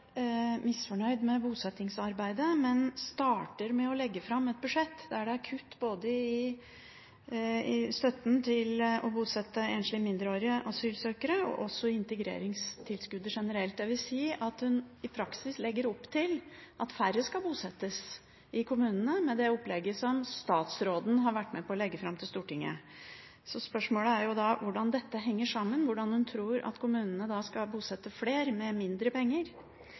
kutt både i støtten til å bosette enslige mindreårige asylsøkere og også i integreringstilskuddet generelt. Jeg vil si at statsråden i praksis legger opp til at færre skal bosettes i kommunene med det opplegget som hun har vært med på å legge fram for Stortinget. Spørsmålet er da hvordan dette henger sammen, hvordan hun tror at kommunene skal bosette flere med mindre penger.